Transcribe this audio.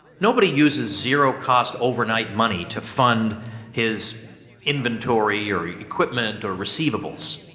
nobody uses zero-cost overnight money to fund his inventory or equipment or receivables,